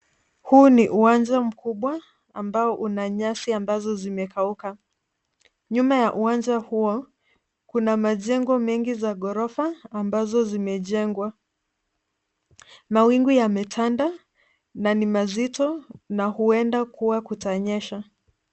Huu ni uwanja mkubwa ambao una nyasi ambazo zimekauaka. Nyuma ya uwanja huo kuna majengo mengi za gorofa ambazo zimejengwa. Mawingu yametanda na ni mazito na huenda kuwa kutanyesha.